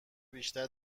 بیشتر